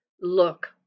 look